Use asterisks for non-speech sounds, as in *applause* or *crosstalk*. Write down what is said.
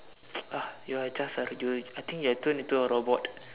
*noise* uh you are just Arjun I think you have turn into a robot